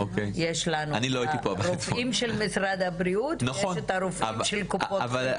יש את הרופאים של משרד הבריאות ויש את הרופאים של קופות החולים.